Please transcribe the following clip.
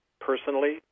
personally